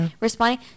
responding